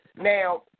Now